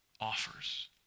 offers